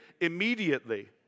immediately